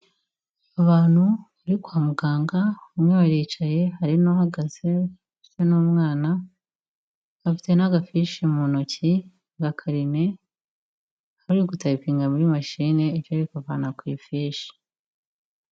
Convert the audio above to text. Abantu bari kwa muganga, umwe baricaye hari n'uhagaze ndese n'umwana, bafite n'agafishi mu ntoki agakarine, hakaba hari n'uri gutayipinga muri machine, icyo ari kuvana ku ifishi.